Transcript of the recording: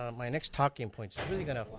um my next talking point is really gonna,